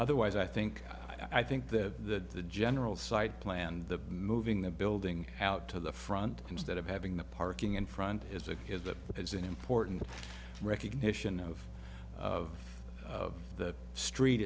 otherwise i think i think the the general site planned the moving the building out to the front instead of having the parking in front is a has that is an important recognition of of the street